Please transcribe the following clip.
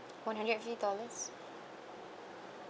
one hundred and fifty dollars